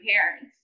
parents